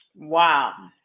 wow!